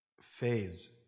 phase